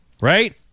right